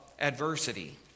adversity